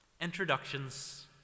introductions